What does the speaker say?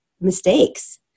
mistakes